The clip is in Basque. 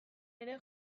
ere